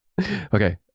Okay